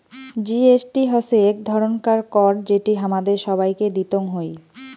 GST হসে এক ধরণকার কর যেটি হামাদের সবাইকে দিতং হই